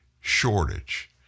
shortage